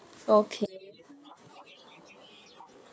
okay